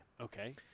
Okay